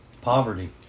poverty